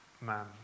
man